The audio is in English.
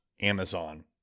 Amazon